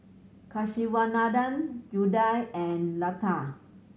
Kasiviswanathan Udai and Lata